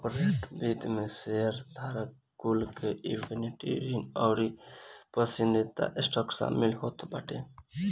corporate वित्त में शेयरधारक कुल के इक्विटी, ऋण अउरी पसंदीदा स्टॉक शामिल होत बाटे